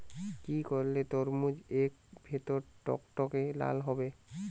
কি করলে তরমুজ এর ভেতর টকটকে লাল হবে?